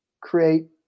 create